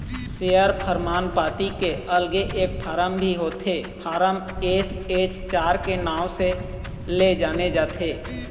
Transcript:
share परमान पाती के अलगे एक फारम भी होथे फारम एस.एच चार के नांव ले जाने जाथे